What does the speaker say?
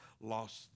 lost